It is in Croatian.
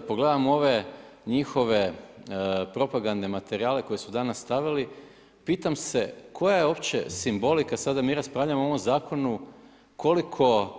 pogledam ove njihove propagandne materijale koje su danas stavili pitam se koja je uopće simbolika, sada mi raspravljamo o ovom zakonu koliko